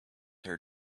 her